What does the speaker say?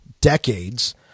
decades